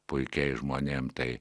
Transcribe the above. puikiais žmonėm tai